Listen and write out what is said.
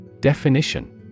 Definition